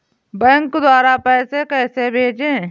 Bank द्वारा पैसे कैसे भेजें?